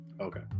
Okay